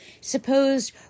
supposed